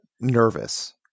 nervous